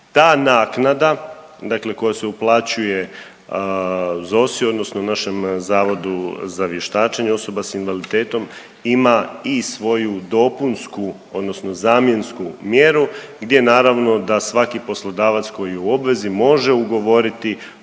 Ta naknada, dakle koja se uplaćuje ZOSI-u odnosno našem Zavodu za vještačenje osoba s invaliditetom ima i svoju dopunsku odnosno zamjensku mjeru gdje naravno da svaki poslodavac koji je u obvezi može ugovoriti